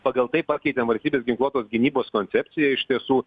pagal tai pakeitėm valstybės ginkluotos gynybos koncepciją iš tiesų